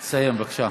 סיים, בבקשה.